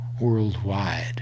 worldwide